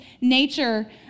nature